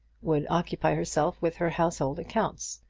would occupy herself with her household accounts.